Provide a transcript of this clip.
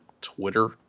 Twitter